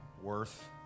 worth